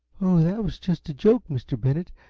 oh, that was just a joke, mr. bennett.